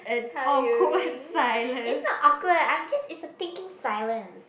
tiring it's not awkward I'm just it's a thinking silence